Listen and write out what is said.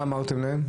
מה אמרתם להם?